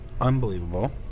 unbelievable